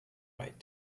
right